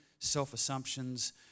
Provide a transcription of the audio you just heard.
self-assumptions